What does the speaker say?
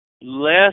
less